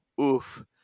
oof